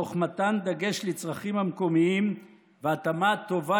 תוך מתן דגש לצרכים המקומיים והתאמה טובה